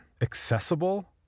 accessible